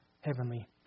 Heavenly